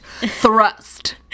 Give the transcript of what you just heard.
Thrust